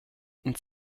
ins